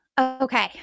Okay